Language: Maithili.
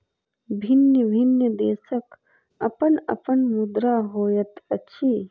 भिन्न भिन्न देशक अपन अपन मुद्रा होइत अछि